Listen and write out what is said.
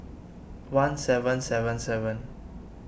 one seven seven seven